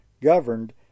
governed